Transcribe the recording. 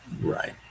right